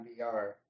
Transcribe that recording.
VR